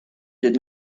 did